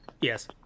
Yes